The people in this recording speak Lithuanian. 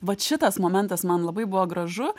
vat šitas momentas man labai buvo gražu